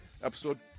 episode